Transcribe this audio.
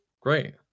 great